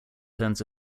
turns